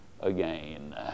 again